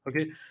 okay